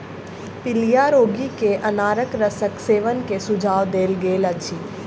पीलिया रोगी के अनारक रसक सेवन के सुझाव देल गेल अछि